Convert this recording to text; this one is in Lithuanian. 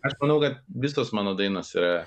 aš manau kad visos mano dainos yra